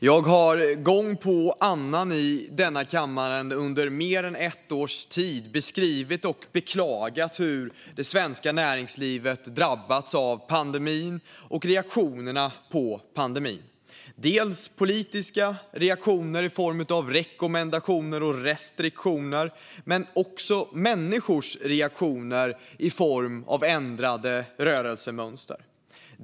Fru talman! Jag har under mer än ett års tid gång efter annan i denna kammare beskrivit och beklagat hur det svenska näringslivet drabbats av pandemin och reaktionerna på pandemin. Det är politiska reaktioner i form av rekommendationer och restriktioner men också människors reaktioner i form av ändrade rörelsemönster.